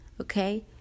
Okay